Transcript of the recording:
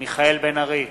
מיכאל בן-ארי,